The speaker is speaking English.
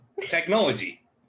technology